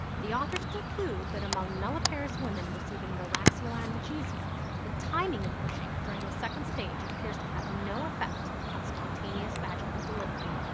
the authors conclude that among nulliparous women receiving neuraxial analgesia, the timing of pushing during the second stage appears to have no effect on spontaneous vaginal delivery.